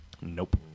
nope